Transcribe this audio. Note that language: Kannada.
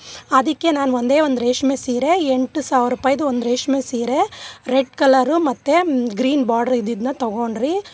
ಅದಕ್ಕೆ ನಾನು ಒಂದೇ ಒಂದು ರೇಷ್ಮೆ ಸೀರೆ ಎಂಟು ಸಾವಿರ ರೂಪಾಯ್ದು ಒಂದು ರೇಷ್ಮೆ ಸೀರೆ ರೆಡ್ ಕಲರು ಮತ್ತು ಗ್ರೀನ್ ಬಾಡ್ರ್ ಇದ್ದಿದ್ದನ್ನ ತಗೊಂಡ್ರಿ